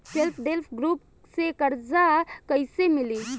Self help group से कर्जा कईसे मिली?